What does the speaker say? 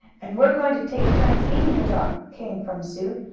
and we're going to take turns feeding the dog, came from sue.